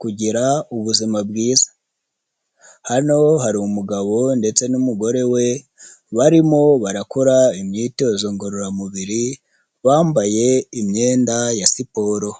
kugira ubuzima bwiza. Hano hari umugabo ndetse n'umugore we barimo barakora imyitozo ngororamubiri bambaye imyenda ya siporo.